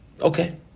Okay